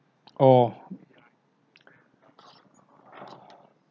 oh